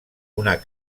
una